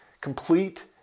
complete